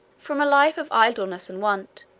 from a life of idleness and want,